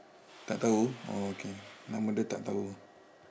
tak tahu oh okay nama dia tak tahu